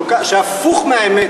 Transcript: שהפוך מהאמת,